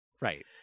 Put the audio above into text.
right